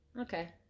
Okay